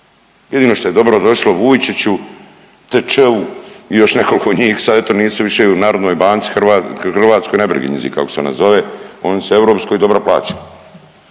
jedino što je dobro došlo Vujčiću, TĆ-u i još nekoliko njih, sad eto nisu više u narodnoj banci, hrvatskoj, .../Govornik se ne razumije./... kako se ona zove, oni se europskoj dobro plaća.